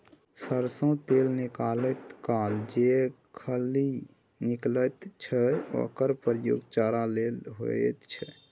सरिसों तेल निकालैत काल जे खली निकलैत छै ओकर प्रयोग चारा लेल होइत छै